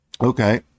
Okay